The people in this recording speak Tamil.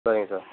சரிங்க சார்